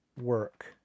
work